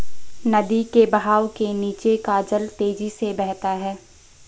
नदी के बहाव के नीचे का जल तेजी से बहता है